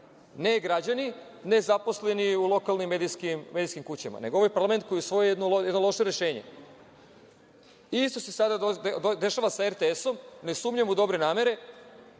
ne građani, ne zaposleni u lokalnim medijskim kućama, nego ovaj parlament koji je usvojio jedno loše rešenje. Isto se sada dešava sa RTS-om. Ne sumnjam u dobre namere.